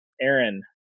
Aaron